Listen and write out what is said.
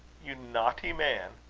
you naughty man!